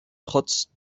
trotz